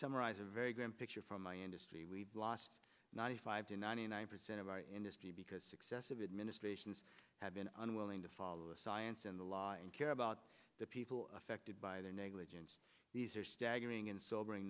summarize a very grim picture from my industry we've lost ninety five to ninety nine percent of our industry because successive administrations have been unwilling to follow the science and the law and care about the people affected by their negligence these are staggering and sobering